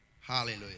Hallelujah